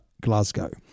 Glasgow